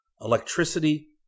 Electricity